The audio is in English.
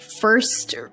first